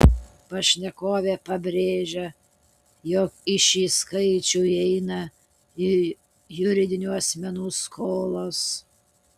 pašnekovė pabrėžia jog į šį skaičių įeina ir juridinių asmenų skolos